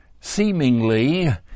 seemingly